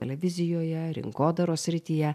televizijoje rinkodaros srityje